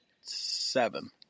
seven